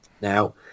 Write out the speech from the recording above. Now